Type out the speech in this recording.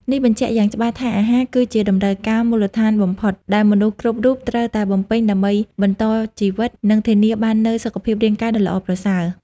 នេះបញ្ជាក់យ៉ាងច្បាស់ថាអាហារគឺជា តម្រូវការមូលដ្ឋានបំផុត ដែលមនុស្សគ្រប់រូបត្រូវតែបំពេញដើម្បីបន្តជីវិត និងធានាបាននូវសុខភាពរាងកាយដ៏ល្អប្រសើរ។